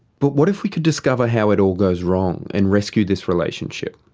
but what if we could discover how it all goes wrong and rescue this relationship?